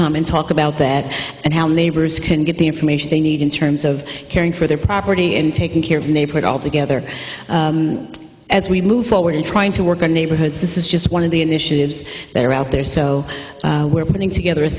come and talk about that and how neighbors can get the information they need in terms of caring for their property and taking care of the neighborhood all together as we move forward in trying to work on neighborhoods this is just one of the initiatives that are out there so we're putting together a